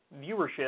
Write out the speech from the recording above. viewership